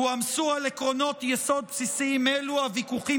הועמסו על עקרונות יסוד בסיסיים אלו הוויכוחים